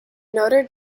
notre